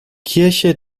kirche